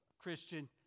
Christian